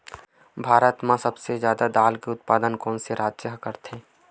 भारत मा सबले जादा दाल के उत्पादन कोन से राज्य हा करथे?